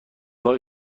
های